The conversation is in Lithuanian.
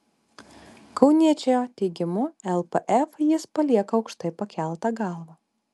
kauniečio teigimu lpf jis palieka aukštai pakelta galva